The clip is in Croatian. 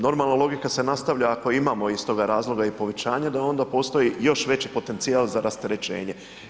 Normalno, logika se nastavlja ako imamo iz toga razloga povećanja da onda postoji još veći potencijal za rasterećenje.